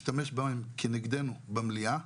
השתמש בהם כנגדנו במליאה,